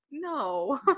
no